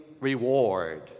reward